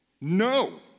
No